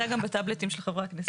זה נמצא גם בטאבלטים של חברי הכנסת,